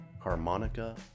harmonica